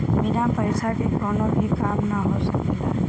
बिना पईसा के कवनो भी काम ना हो सकेला